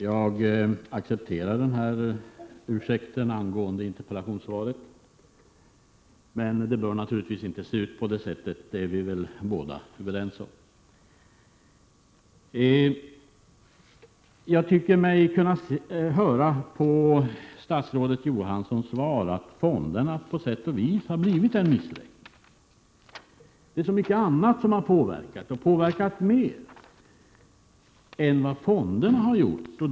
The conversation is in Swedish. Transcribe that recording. Herr talman! Jag accepterar ursäkten angående interpellationssvaret. Det bör naturligtvis inte se ut på detta sätt, det är vi båda överens om. Jag tycker mig kunna höra på statsrådet Johanssons svar att fonderna på sätt och vis har blivit en missräkning. Det är så mycket annat som har påverkat, och påverkat mer än vad fonderna har gjort.